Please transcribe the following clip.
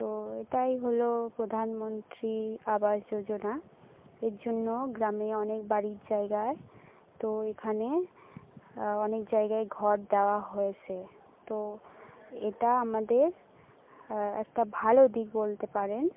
তো এটাই হলো প্রধানমন্ত্রী আবাস যোজনা এর জন্য গ্রামে অনেক বাড়ির জায়গায় তো এখানে অনেক জায়গায় ঘর দেওয়া হয়েছে তো এটা আমাদের একটা ভালো দিক বলতে পারেন